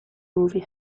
movie